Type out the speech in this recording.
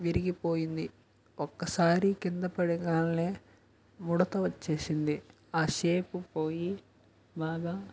విరిగిపోయింది ఒక్కసారి కిందపడగానే ముడత వచ్చేసింది ఆ షేపు పోయి బాగా